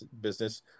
business